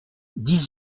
dix